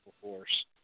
force